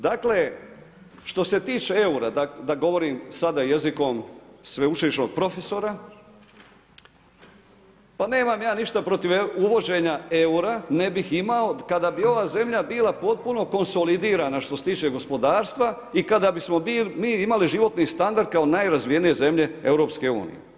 Dakle, što se tiče eura, da govorim sada jezikom sveučilišnog profesora, pa nemam ja ništa protiv uvođenja eura, ne bih imao kada bi ova zemlja bila potpuno konsolidirana što se tiče gospodarstva i kada bismo mi imali životni standard kao najrazvijenije zemlje EU.